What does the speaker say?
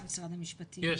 משרד החינוך.